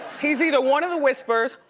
he's either one of the whispers,